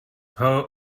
how